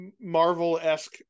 marvel-esque